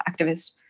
activists